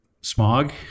smog